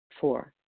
Four